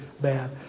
bad